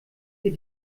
ihr